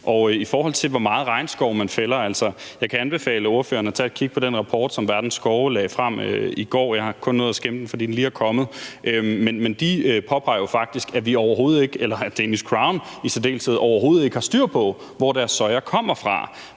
I forhold til hvor meget regnskov man fælder, kan jeg anbefale ordføreren at tage et kig på den rapport, som Verdens Skove lagde frem i går. Jeg har kun nået at skimme den, fordi den lige er kommet. Men de påpeger faktisk, at vi eller Danish Crown i særdeleshed overhovedet ikke har styr på, hvor deres soja kommer fra,